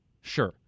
Sure